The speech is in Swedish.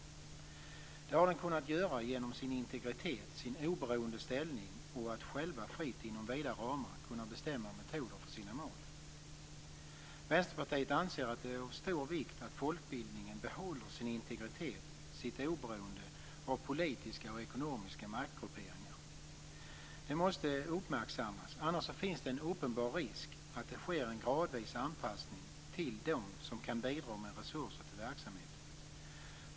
Det har den kunnat göra genom sin integritet, genom sin oberoende ställning och genom att den själv fritt inom vida ramar kunnat bestämma metoder för sina mål. Vänsterpartiet anser att det är av stor vikt att folkbildningen behåller sin integritet och sitt oberoende av politiska och ekonomiska maktgrupperingar. Detta måste uppmärksammas. Annars finns det en uppenbar risk att det sker en gradvis anpassning till dem som kan bidra med resurser till verksamheten.